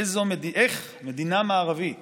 איזו מדינה מערבית